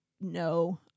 no